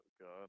god